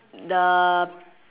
the